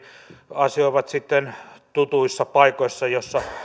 asioivat sitten tutuissa paikoissa joissa